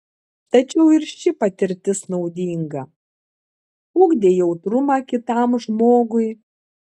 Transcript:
tačiau ir ši patirtis naudinga ugdė jautrumą kitam žmogui